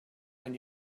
when